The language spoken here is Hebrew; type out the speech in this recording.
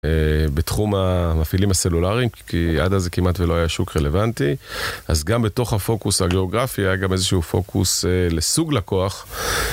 בתחום המפעילים הסלולריים, כי עד אז זה כמעט ולא היה שוק רלוונטי, אז גם בתוך הפוקוס הגיאוגרפי היה גם איזשהו פוקוס לסוג לקוח.